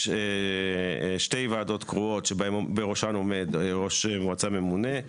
יש שתי ועדות קרואות שבראשן עומד ראש מועצה ממונה.